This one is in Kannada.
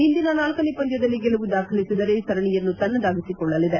ಇಂದಿನ ನಾಲ್ಲನೇ ಪಂದ್ಲದಲ್ಲಿ ಗೆಲುವು ದಾಖಲಿಸಿದರೆ ಸರಣಿಯನ್ನು ತನ್ನದಾಗಿಸಿಕೊಳ್ಳಲಿದೆ